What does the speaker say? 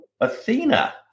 Athena